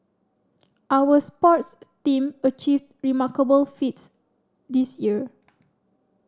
our sports team achieved remarkable feats this year